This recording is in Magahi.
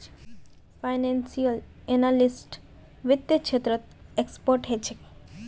फाइनेंसियल एनालिस्ट वित्त्तेर क्षेत्रत एक्सपर्ट ह छे